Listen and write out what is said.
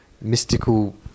mystical